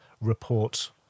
report